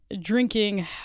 drinking